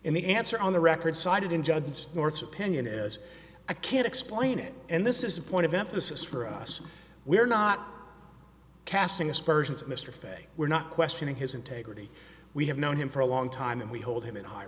in the answer on the record cited in judge north's opinion is i can't explain it and this is a point of emphasis for us we're not casting aspersions mr fay we're not questioning his integrity we have known him for a long time and we hold him in high